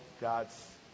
God's